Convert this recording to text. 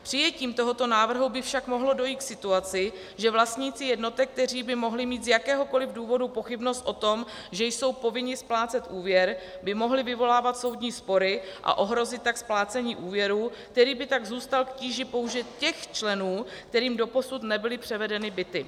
Přijetím tohoto návrhu by však mohlo dojít k situaci, že vlastníci jednotek, kteří by mohli mít z jakéhokoliv důvodu pochybnost o tom, že jsou povinni splácet úvěr, by mohli vyvolávat soudní spory, a ohrozit tak splácení úvěru, který by tak zůstal k tíži pouze těch členů, kterým doposud nebyly převedeny byty.